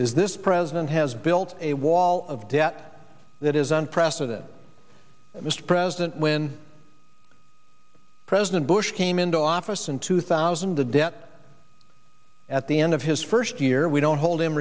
is this president has built a wall of debt that is unprecedented mr president when president bush came into office in two thousand the debt at the end of his first year we don't hold